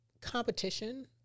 competition